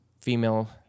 female